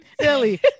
Silly